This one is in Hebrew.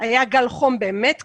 היה גל חום באמת קיצוני,